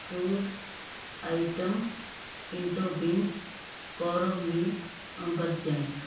food item pinto beans cornmeal amberjack